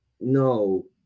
No